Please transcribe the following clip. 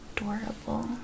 adorable